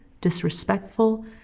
disrespectful